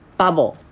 bubble